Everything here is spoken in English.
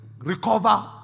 recover